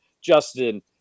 Justin